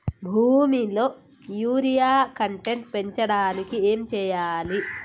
భూమిలో urea content పెంచడానికి ఏం చేయాలి?